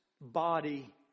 body